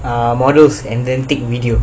um models and then take video